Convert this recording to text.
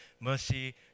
Mercy